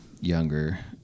younger